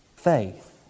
Faith